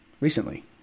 Recently